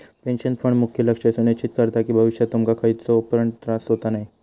pension fund मुख्य लक्ष सुनिश्चित करता कि भविष्यात तुमका खयचो पण त्रास होता नये